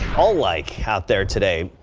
all like out there today.